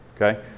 okay